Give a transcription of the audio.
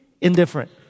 indifferent